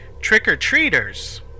Trick-or-treaters